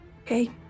Okay